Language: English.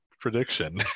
prediction